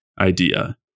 idea